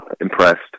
Impressed